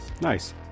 Nice